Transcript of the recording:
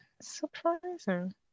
surprising